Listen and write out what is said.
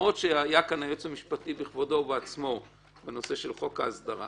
ולמרות שהיה כאן היועץ המשפטי בכבודו ובעצמו בנושא של חוק ההסדרה